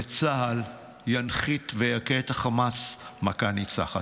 וצה"ל ינחית ויכה את החמאס מכה ניצחת.